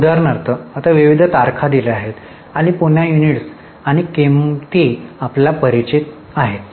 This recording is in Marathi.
आता उदाहरणार्थ आता विविध तारखा दिल्या जातात आणि पुन्हा युनिट्स आणि किंमती आपल्याला परिचित आहेत